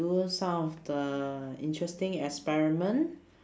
do some of the interesting experiment